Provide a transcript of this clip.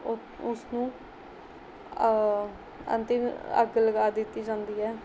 ਉਹ ਉਸਨੂੰ ਅੰਤਿਮ ਅੱਗ ਲਗਾ ਦਿੱਤੀ ਜਾਂਦੀ ਹੈ